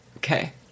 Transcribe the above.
Okay